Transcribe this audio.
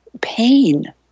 pain